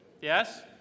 yes